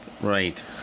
right